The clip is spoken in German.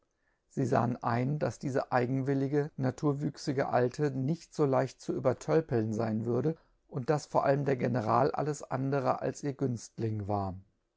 sie fahen ein baß biefe eigenwillige naturwüchsige alte nicht fo leicht ju übertölpeln fein würbe unb baß oor allem ber eneral alles anbere als ihr ünftling war